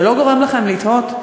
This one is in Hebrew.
זה לא גורם לכם לתהות?